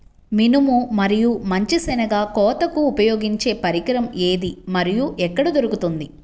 మినుము మరియు మంచి శెనగ కోతకు ఉపయోగించే పరికరం ఏది మరియు ఎక్కడ దొరుకుతుంది?